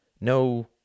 No